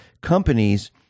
companies